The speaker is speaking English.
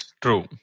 True